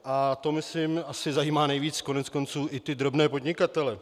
A to myslím asi zajímá nejvíc koneckonců i ty drobné podnikatele.